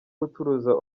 gucuruza